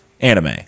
anime